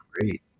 great